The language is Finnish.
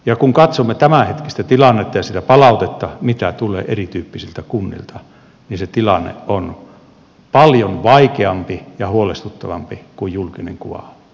ja kun katsomme tämänhetkistä tilannetta ja sitä palautetta mitä tulee erityyppisiltä kunnilta niin se tilanne on paljon vaikeampi ja huolestuttavampi kuin julkinen kuva nyt on